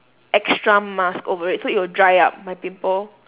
extra mask over it so it will dry up my pimple